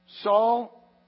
Saul